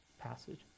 passage